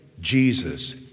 Jesus